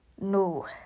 No